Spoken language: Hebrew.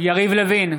יריב לוין,